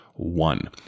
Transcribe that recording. one